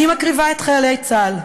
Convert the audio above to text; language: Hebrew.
אני מקריבה את חיילי צה"ל.